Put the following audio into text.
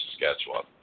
Saskatchewan